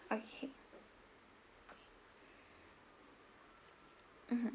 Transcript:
okay mmhmm